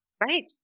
Right